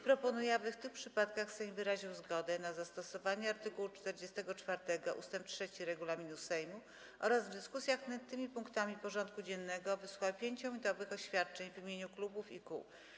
Proponuję, aby w tych przypadkach Sejm wyraził zgodę na zastosowanie art. 44 ust. 3 regulaminu Sejmu oraz w dyskusjach nad tymi punktami porządku dziennego wysłuchał 5-minutowych oświadczeń w imieniu klubów i kół.